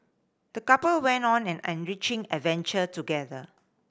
the couple went on an enriching adventure together